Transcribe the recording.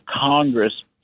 Congress